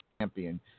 Champion